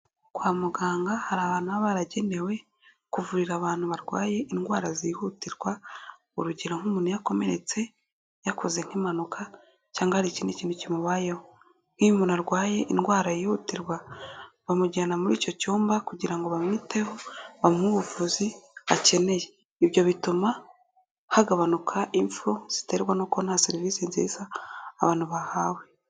Kwa muganga hari ahantu baba baragenewe kuvurira abantu barwaye indwara zihutirwa urugero nk'umuntu iyo akomeretse yakoze nk'impanuka cyangwa hari ikindi kintu kimubayeho nk'iyo umuntu arwaye indwara yihutirwa bamujyana muri icyo cyumba kugira ngo bamwiteho bamuhe ubuvuzi akeneye, ibyo bituma hagabanuka impfu ziterwa n'uko nta serivisi nziza abantu bahawe.